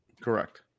Correct